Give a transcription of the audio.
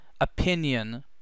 opinion